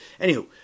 Anywho